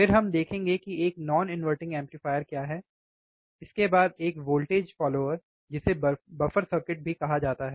फिर हम देखेंगे कि एक नाॅन इनवर्टिंग एम्पलीफायर क्या है इसके बाद एक वोल्टेज अनुयायी जिसे बफर सर्किट भी कहा जाता है